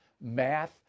math